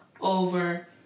over